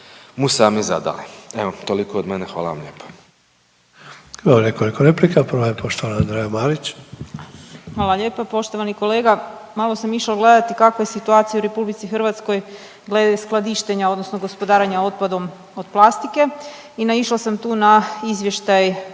mu sami zadali. Evo, toliko od mene hvala vam lijepa. **Sanader, Ante (HDZ)** Imamo nekoliko replika, prva je poštovana Andreja Marić. **Marić, Andreja (SDP)** Hvala lijepa. Poštovani kolega, malo sam išla gledati kakva je situacija u RH glede skladištenja odnosno gospodarenja otpadom od plastike i naišla sam tu na izvještaj